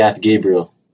Gabriel